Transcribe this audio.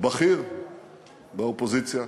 בכיר באופוזיציה.